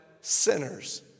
sinners